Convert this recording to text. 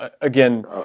again